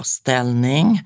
ställning